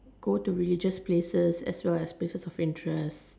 go to religious places as well as places of interest